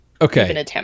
Okay